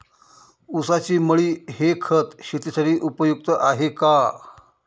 ऊसाची मळी हे खत शेतीसाठी उपयुक्त आहे का?